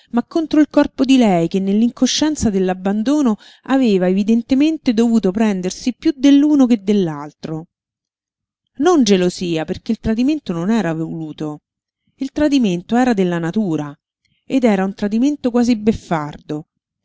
ma contro il corpo di lei che nell'incoscienza dell'abbandono aveva evidentemente dovuto prendersi piú dell'uno che dell'altro non gelosia perché il tradimento non era voluto il tradimento era della natura ed era un tradimento quasi beffardo